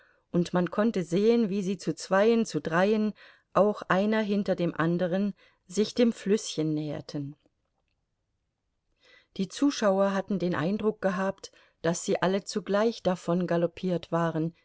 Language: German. und man konnte sehen wie sie zu zweien zu dreien auch einer hinter dem anderen sich dem flüßchen näherten die zuschauer hatten den eindruck gehabt daß sie alle zugleich davongaloppiert waren